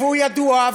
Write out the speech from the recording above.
והוא ידוע,